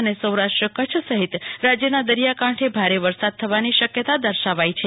અને સૌરાષ્ટ્ર કચ્છ સહીત રાજ્યના દરિથા કાંઠે ભારે વરસાદ થવાની શક્યતા દર્શાવી છે